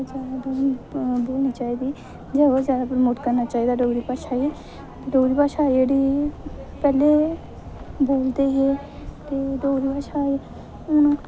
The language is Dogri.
जैदा बोलनी चाहिदी जैदा कोला जैदा प्रमोट करना चाहिदा डोगरी भाशा गी डोगरी भाशा जेहड़ी पैह्लें बोलदे हे ते डोगरी भाशा हून